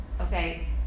okay